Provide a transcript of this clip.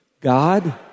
God